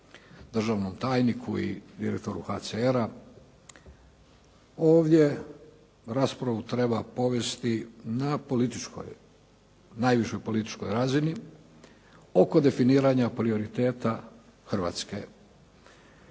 državnom tajniku i direktoru HCR-a, ovdje raspravu treba provesti na najvišoj političkoj razini, oko definiranja prioriteta Hrvatske